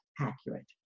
accurate